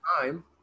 time